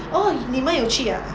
oh 你们有去 ah